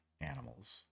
animals